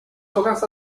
hojas